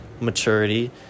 maturity